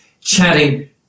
chatting